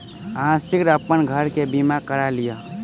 अहाँ शीघ्र अपन घर के बीमा करा लिअ